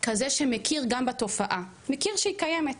כזה שמכיר גם בתופעה, מכיר שהיא קיימת,